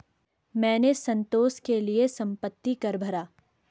मैंने संतोष के लिए संपत्ति कर भरा